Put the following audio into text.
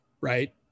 Right